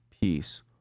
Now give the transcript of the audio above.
peace